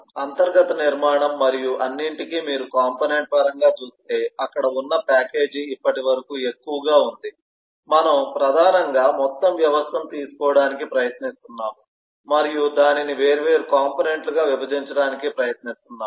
అంతర్గత నిర్మాణం మరియు అన్నింటికీ మీరు కాంపోనెంట్ పరంగా చూస్తే అక్కడ ఉన్న ప్యాకేజీ ఇప్పటివరకు ఎక్కువగా ఉంది మనము ప్రధానంగా మొత్తం వ్యవస్థను తీసుకోవడానికి ప్రయత్నిస్తున్నాము మరియు దానిని వేర్వేరు కాంపోనెంట్ లుగా విభజించడానికి ప్రయత్నిస్తున్నాము